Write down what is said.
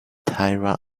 taira